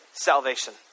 salvation